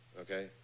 okay